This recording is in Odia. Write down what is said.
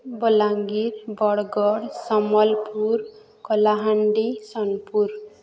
ବଲାଙ୍ଗୀର ବରଗଡ଼ ସମ୍ବଲପୁର କଳାହାଣ୍ଡି ସୋନପୁର